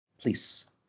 Please